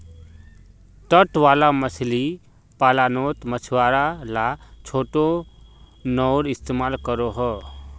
तट वाला मछली पालानोत मछुआरा ला छोटो नओर इस्तेमाल करोह